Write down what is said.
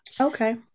Okay